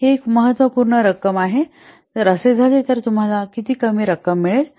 ही एक महत्त्वपूर्ण रक्कम आहे आणि जर असे झाले तर तुम्हाला किती रक्कम मिळेल